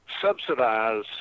subsidize